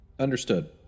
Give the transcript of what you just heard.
Understood